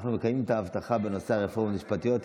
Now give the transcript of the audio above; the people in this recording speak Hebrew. אנחנו מקיימים את ההבטחה בנושא הרפורמות המשפטיות,